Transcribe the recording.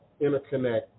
interconnect